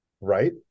Right